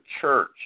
church